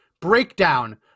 breakdown